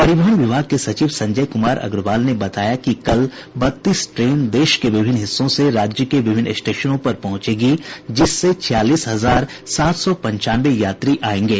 परिवहन विभाग के सचिव संजय कुमार अग्रवाल ने बताया कि कल बत्तीस ट्रेन देश के विभिन्न हिस्सों से राज्य के विभिन्न स्टेशनों पर पहुंचेगी जिससे छियालीस हजार सात सौ पंचानवे यात्री आयेंगे